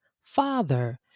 father